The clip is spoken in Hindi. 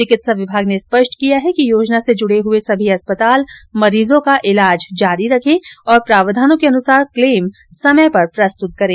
चिकित्सा विभाग ने स्पष्ट किया है कि योजना से जूडे हुए सभी अस्पताल मरीजों का ईलाज जारी रखे और प्रावधानों के अनुसार क्लेम समय पर प्रस्तुत करें